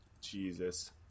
Jesus